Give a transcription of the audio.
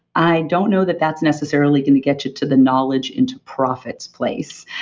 i don't know that, that's necessarily going to get you to the knowledge into profits place.